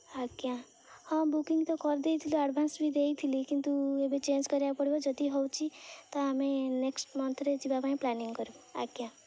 ଆଜ୍ଞା ହଁ ବୁକିଂ ତ କରିଦେଇଥିଲୁ ଆଡ଼୍ଭାନ୍ସ ବି ଦେଇଥିଲି କିନ୍ତୁ ଏବେ ଚେଞ୍ଜ୍ କରିବାକୁ ପଡ଼ିବ ଯଦି ହେଉଛି ତ ଆମେ ନେକ୍ସଟ୍ ମନ୍ଥ୍ରେ ଯିବା ପାଇଁ ପ୍ଲାନିଂ କରିବୁ ଆଜ୍ଞା